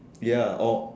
ya or